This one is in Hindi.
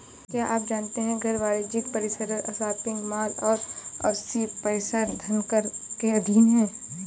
क्या आप जानते है घर, वाणिज्यिक परिसर, शॉपिंग मॉल और आवासीय परिसर धनकर के अधीन हैं?